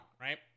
right